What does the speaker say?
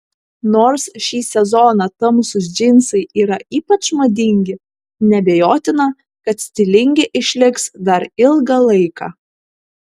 nors šį sezoną tamsūs džinsai yra ypač madingi neabejotina kad stilingi išliks dar ilgą laiką